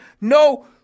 no